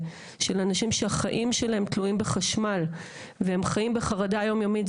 של אנשים שהחיים שלהם תלויים בחשמל והם חיים בחרדה יום יומית.